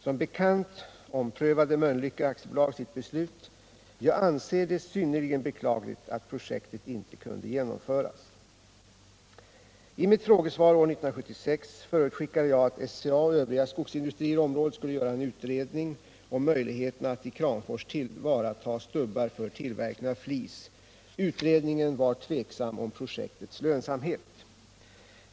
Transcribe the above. Som bekant omprövade Mölnlycke AB sitt beslut. Jag anser det synnerligen beklagligt att projektet inte kunde genomföras. I mitt frågesvar år 1976 förutskickade jag att SCA och övriga skogsindustrier i området skulle göra en utredning om möjligheterna att i Kramfors tillvarata stubbar för tillverkning av flis. Utredningen var tveksam om projektets lönsamhet.